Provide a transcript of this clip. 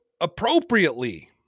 appropriately